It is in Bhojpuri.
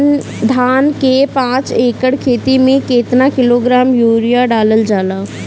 धान के पाँच एकड़ खेती में केतना किलोग्राम यूरिया डालल जाला?